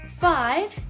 five